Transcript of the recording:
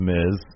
Miz